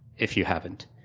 if you haven't.